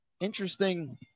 interesting